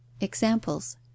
EXAMPLES